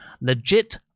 legit